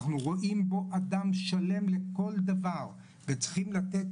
אנחנו רואים בו אדם שלם לכל דבר וצריכים לתת